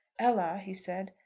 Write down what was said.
ella, he said,